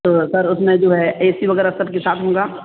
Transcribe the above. تو سر اس میں جو ہے اے سی وغیرہ سب کے ساتھ ہوگا